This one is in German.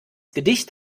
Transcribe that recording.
gedicht